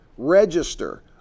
register